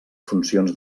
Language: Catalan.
funcions